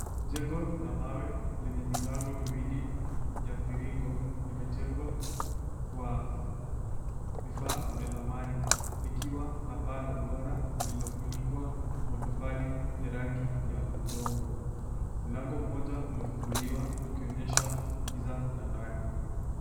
Jengo la mawe lenye milango miwili ya mviringo limejengwa kwa vifaa vya zamani likiwa na paa la duara lililofunikwa kwa matofali ya rangi ya udongo. Mlango mmoja umefunguliwa ukionyesha giza la ndani.